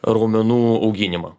raumenų auginimą